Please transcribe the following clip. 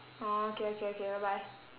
orh okay okay okay bye bye